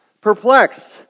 perplexed